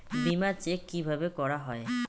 বিমা চেক কিভাবে করা হয়?